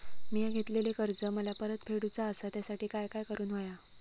मिया घेतलेले कर्ज मला परत फेडूचा असा त्यासाठी काय काय करून होया?